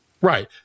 Right